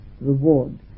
reward